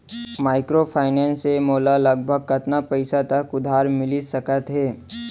Microfinance से मोला लगभग कतना पइसा तक उधार मिलिस सकत हे?